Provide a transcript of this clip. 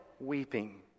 Weeping